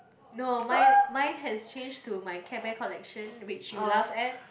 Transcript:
no mine mine has change to my Care Bear collection which you laugh at